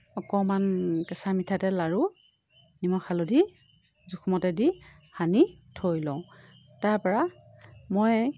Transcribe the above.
অকণমান কেঁচা মিঠাতেল আৰু নিমখ হালধি জোখমতে দি সানি থৈ লওঁ তাৰপৰা মই